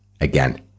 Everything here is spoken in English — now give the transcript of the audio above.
again